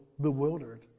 bewildered